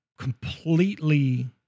completely